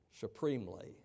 supremely